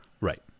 right